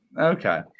Okay